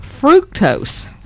fructose